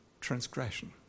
transgression